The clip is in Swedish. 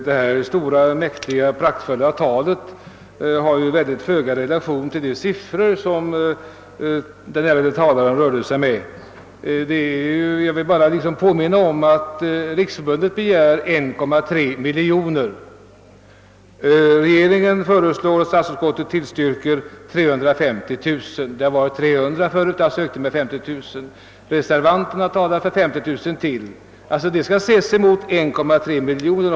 Herr talman! Det stora och praktfulla tal vi nyss hört har föga relation till de siffror som den ärade talaren rörde sig med. Jag vill påminna om att Riksförbundet har begärt 1,3 miljon kronor. Regeringen föreslår och statsut skottet tillstyrker 350 000. Anslaget har förut uppgått till 300 000 kronor. Regeringens förslag innebär alltså en ökning med 50 000. Reservanterna talar för ytterligare 50 000 kronor, men det belopp man då kommer till, 400 000 kronor, skall alltså ses mot begärda 1,3 miljon.